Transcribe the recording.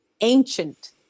ancient